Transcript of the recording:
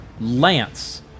Lance